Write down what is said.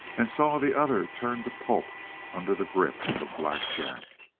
and saw the other turn to pulp under the grip of black jack.